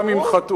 גם אם חטאו.